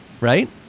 Right